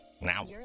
now